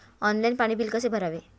Online पाणी bill कसे भरावे?